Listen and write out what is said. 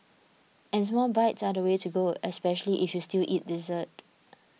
and small bites are the way to go especially if you still eat dessert